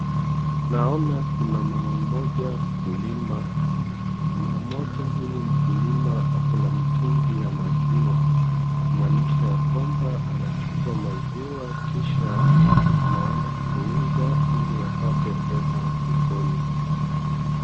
Naona kuna mama mmoja mkulima. Mama mmoja huyu mkulima ako na mitungi ya maziwa, kumaanisha kwamba anachukua maziwa kisha anaenda kuuza ili apate fedha mfukoni.